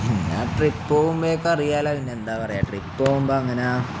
പിന്നെ ട്രിപ്പ് പോകുമ്പോഴൊക്കെ അറിയാമല്ലോ പിന്നെന്താണ് പറയുക ട്രിപ്പ് പോകുമ്പോള് അങ്ങനെ